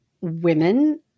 women